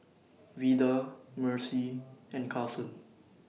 Vida Mercy and Carson